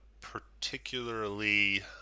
particularly